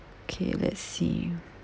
okay let's see